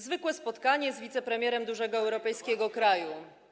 Zwykłe spotkanie z wicepremierem dużego europejskiego kraju.